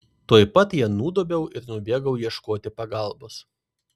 tuoj pat ją nudobiau ir nubėgau ieškoti pagalbos